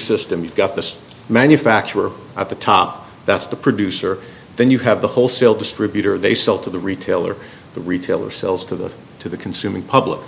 system you've got the manufacturer at the top that's the producer then you have the wholesale distributor they sell to the retailer the retailer sells to the to the consuming public